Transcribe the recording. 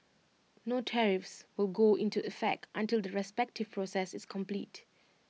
no tariffs will go into effect until the respective process is complete